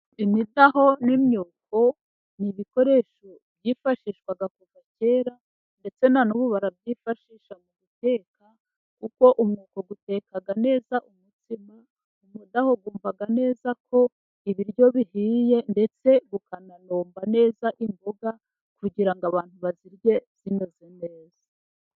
Imidaho n'imyuko ni ibikoresho byifashishwa kuva kera, ndetse na n'ubu barabyifashisha mu guteka , uko umwuko uteka neza umutsima , umudaho wumva neza ko ibiryo bihiye , ndetse ukana nomba neza imboga kugira ngo abantu bazirye zinoze neza.